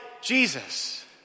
Jesus